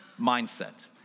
mindset